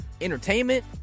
entertainment